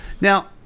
Now